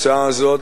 הצעה זו